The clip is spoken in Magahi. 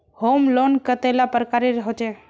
होम लोन कतेला प्रकारेर होचे?